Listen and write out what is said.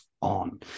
on